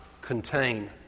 contain